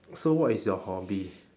so what is your hobby